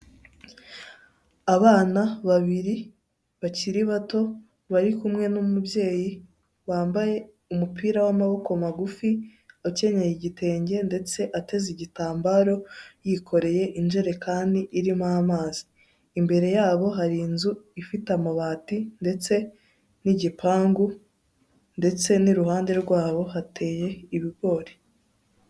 Abana babiri bakiri bato, bari kumwe n'umubyeyi wambaye umupira w'amaboko magufi ,akenyeye igitenge ndetse ateze igitambaro, yikoreye injerekani irimo amazi, imbere yabo hari inzu ifite amabati ndetse n'igipangu ndetse n'iruhande rwabo hateye ibigori.